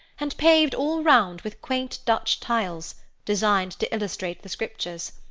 and paved all round with quaint dutch tiles, designed to illustrate the scriptures.